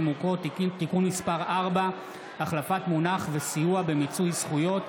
מוכות) (תיקון מס' 4) (החלפת מונח וסיוע במיצוי זכויות),